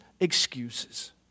excuses